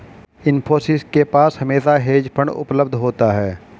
इन्फोसिस के पास हमेशा हेज फंड उपलब्ध होता है